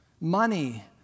money